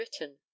written